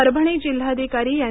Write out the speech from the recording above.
परभणी जिल्हाधिकारी दी